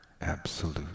absolute